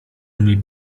umie